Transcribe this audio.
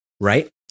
Right